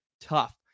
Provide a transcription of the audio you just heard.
tough